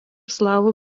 slavų